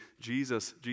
Jesus